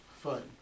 Fun